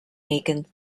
aiken